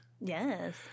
Yes